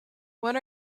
what